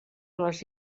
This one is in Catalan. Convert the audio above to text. les